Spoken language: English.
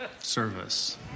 service